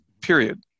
period